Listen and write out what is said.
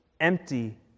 empty